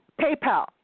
PayPal